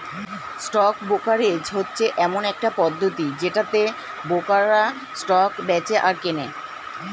stock brokerage হচ্ছে এমন একটা পদ্ধতি যেটাতে ব্রোকাররা স্টক বেঁচে আর কেনে